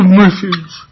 message